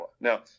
Now